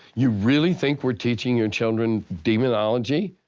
you really think we're teaching your children demonology?